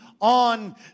on